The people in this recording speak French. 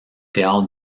théâtres